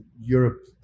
Europe